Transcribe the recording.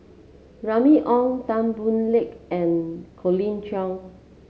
Remy Ong Tan Boo Liat and Colin Cheong